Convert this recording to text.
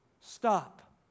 Stop